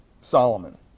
Solomon